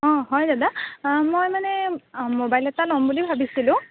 অঁ হয় দাদা মই মানে মোবাইল এটা ল'ম বুলি ভাবিছিলোঁ